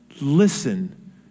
Listen